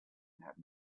have